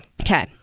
Okay